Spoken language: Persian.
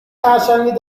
خرچنگ